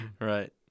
Right